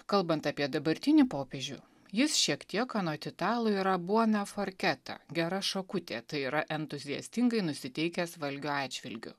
kalbant apie dabartinį popiežių jis šiek tiek anot italų yra bona forketa gera šakutė tai yra entuziastingai nusiteikęs valgio atžvilgiu